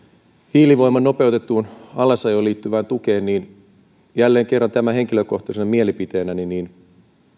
hiilivoiman nopeutettuun alasajoon liittyvään tukeen jälleen kerran tämä henkilökohtaisena mielipiteenäni että